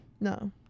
no